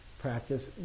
practice